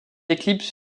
éclipse